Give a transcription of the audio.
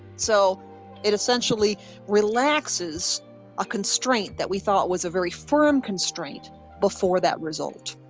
so it essentially relaxes a constraint that we thought was a very firm constraint before that result.